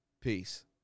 Peace